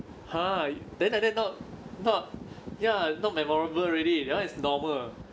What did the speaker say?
!huh! then like that not not ya not memorable already that [one] is normal